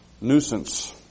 nuisance